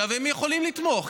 הם יכולים לתמוך,